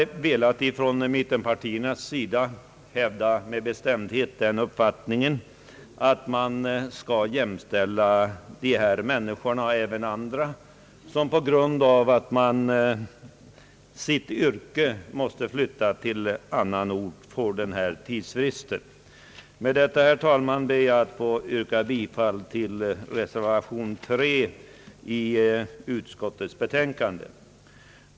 Vi har från mittenpartiernas sida bestämt velat hävda den uppfattningen att man skall jämställa dessa människor och andra som på grund av sitt yrke måste flytta till annan ort, så att de får en tidsfrist före beskattning av realisationsvinsten. Med det anförda ber jag, herr talman, att få yrka bifall till reservation 3.